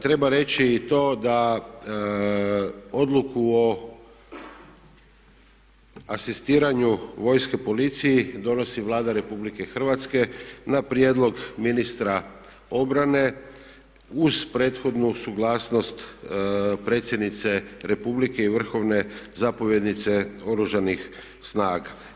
Treba reći i to da odluku o asistiranju vojske policiji donosi Vlada Republike Hrvatske na prijedlog ministra obrane uz prethodnu suglasnost predsjednice Republike i vrhovne zapovjednice Oružanih snaga.